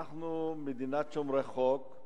אנחנו מדינת שומרי חוק,